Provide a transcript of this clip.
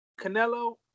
Canelo